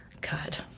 God